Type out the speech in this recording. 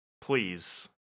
Please